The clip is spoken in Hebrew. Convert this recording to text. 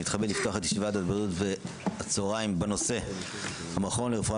אני מתכבד לפתוח את ישיבת ועדת הבריאות הצוהריים בנושא המכון לרפואה